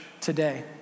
today